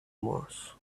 mars